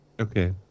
Okay